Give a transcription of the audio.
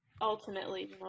ultimately